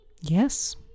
Yes